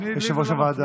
יושב-ראש הוועדה.